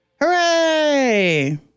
Hooray